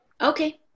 Okay